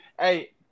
Hey